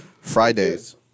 Fridays